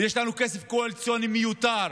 ויש לנו כסף קואליציוני מיותר.